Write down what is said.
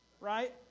right